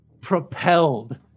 propelled